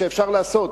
שאפשר לעשות,